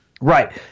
Right